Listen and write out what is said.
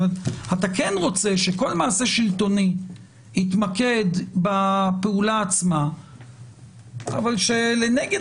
זאת אומרת אתה כן רוצה שכל מעשה שלטוני יתמקד בפעולה עצמה אבל שלנגד